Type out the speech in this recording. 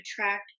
attract